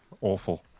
Awful